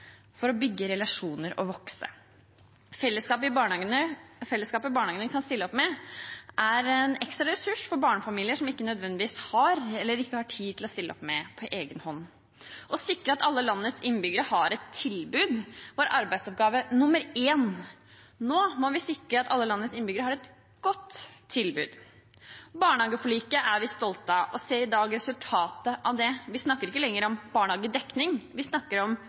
for å bygge relasjoner og vokse. Fellesskapet barnehagene kan stille opp med, er en ekstra ressurs for barnefamilier, som de ikke nødvendigvis har eller ikke har tid til å stille opp med på egen hånd. Å sikre at alle landets innbyggere har et tilbud, var arbeidsoppgave nr. én. Nå må vi sikre at alle landets innbyggere har et godt tilbud. Barnehageforliket er vi stolt av, og vi ser i dag resultatet av det. Vi snakker ikke lenger om barnehagedekning, vi snakker om